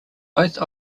both